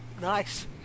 Nice